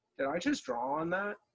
did i just draw on that?